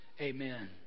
Amen